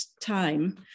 time